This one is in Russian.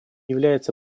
является